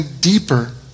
deeper